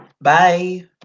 Bye